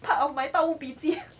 part of my 盗墓笔记